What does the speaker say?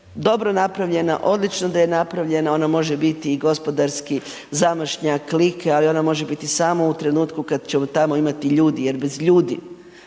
dobro napravljena, odlično da je napravljena, ona može biti i gospodarski zamašnjak Like, ali ona može biti samo u trenutku kad ćemo tamo imati ljudi, jer bez ljudi